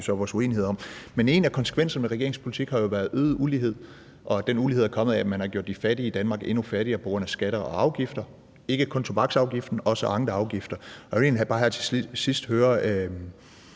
så vores uenigheder om. Men en af konsekvenserne af regeringens politik har jeg jo været øget ulighed, og den ulighed er kommet af, at man har gjort de fattige i Danmark endnu fattigere på grund af skatter og afgifter – ikke kun tobaksafgiften, men også andre afgifter. Og jeg vil egentlig bare her til sidst høre,